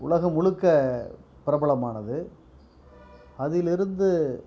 உலகம் முழுக்க பிரபலமானது அதிலேருந்து